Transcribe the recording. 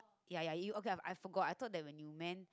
ya ya you okay I forgot I thought when you meant